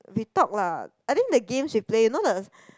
we talk lah I think the games we play you know the